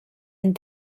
and